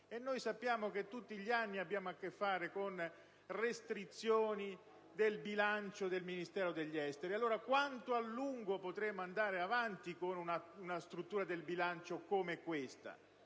Roma. Sappiamo che tutti gli anni abbiamo a che fare con restrizioni del bilancio del Ministero degli affari esteri. Allora, quanto a lungo potremo andare avanti con una struttura del bilancio come questa?